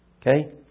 Okay